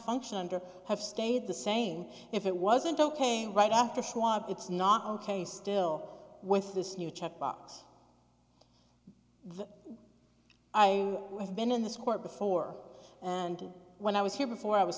function under have stayed the same if it wasn't ok right after this one it's not ok still with this new checkbox i have been in this court before and when i was here before i was